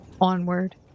onward